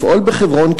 לפעול בחברון,